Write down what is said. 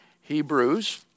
Hebrews